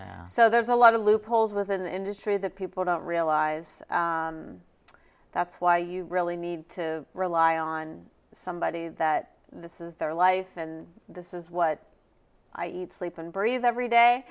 yes so there's a lot of loopholes within industry that people don't realize that's why you really need to rely on somebody that this is their life and this is what i eat sleep and breathe every day